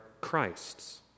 Christ's